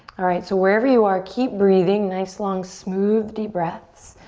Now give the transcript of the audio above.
alright, so wherever you are, keep breathing. nice, long, smooth, deep breaths.